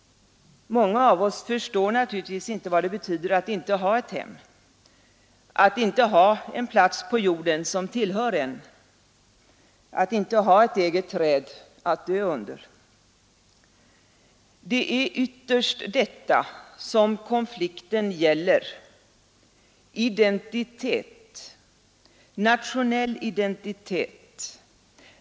Många av oss förstår naturligtvis inte vad det betyder att inte ha ett hem, att inte ha en plats på jorden som tillhör en, att inte ha ett eget träd att dö under. Det är ytterst detta som konflikten gäller — identitet, nationell identitet.